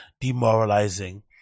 demoralizing